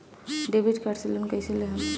Debit card से loan कईसे लेहम?